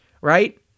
Right